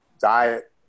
diet